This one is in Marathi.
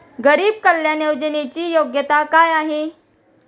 गरीब कल्याण योजनेची योग्यता काय आहे?